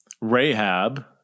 Rahab